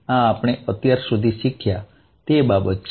આ આપણે અત્યાર સુધી શીખ્યા તે બાબત છે